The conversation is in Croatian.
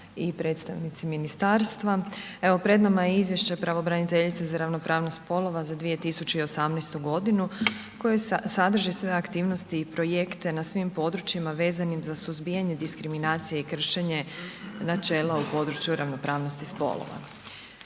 i predstavnici Ministarstva. Evo pred nama je Izvješće pravobraniteljice za ravnopravnost spolova za 2018. godinu koje sadrži sve aktivnosti i projekte na svim područjima vezanim za suzbijanje, diskriminaciju i kršenje načela u području ravnopravnosti spolova.